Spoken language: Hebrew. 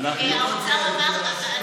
אני שמחה על כך.